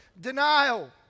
denial